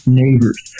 neighbors